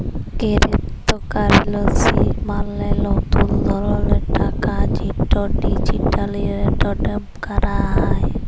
কেরেপ্তকারেলসি মালে লতুল ধরলের টাকা যেট ডিজিটালি টেরেড ক্যরা হ্যয়